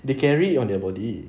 they carry it on their body